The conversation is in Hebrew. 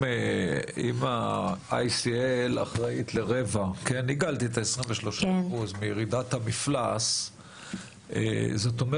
אם ICL אחראית לרבע מירידת המפלס זה אומר